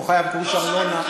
אני לא חייב גרוש ארנונה.